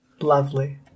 Lovely